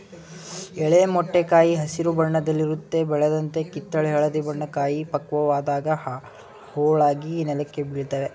ಎಳೆ ಮೊಟ್ಟೆ ಕಾಯಿ ಹಸಿರು ಬಣ್ಣದಲ್ಲಿರುತ್ವೆ ಬೆಳೆದಂತೆ ಕಿತ್ತಳೆ ಹಳದಿ ಬಣ್ಣ ಕಾಯಿ ಪಕ್ವವಾದಾಗ ಹೋಳಾಗಿ ನೆಲಕ್ಕೆ ಬೀಳ್ತವೆ